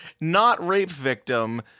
not-rape-victim